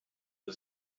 the